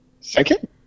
Second